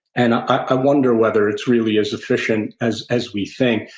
and i wonder whether it's really as efficient as as we think.